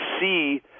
see